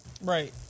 Right